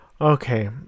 Okay